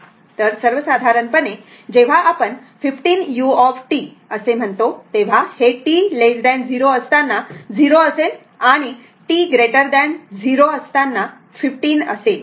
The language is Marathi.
तर सर्वसाधारणपणे जेव्हा आपण 15 u असे म्हणतात तेव्हा हे t 0 असताना 0 असेल आणि t 0 असताना15 असेल